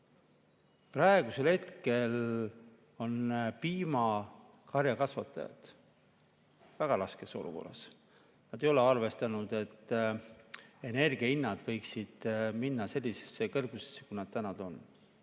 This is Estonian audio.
Praegusel hetkel on piimakarjakasvatajad väga raskes olukorras. Nad ei ole arvestanud, et energiahinnad tõusevad sellistesse kõrgustesse, kus nad täna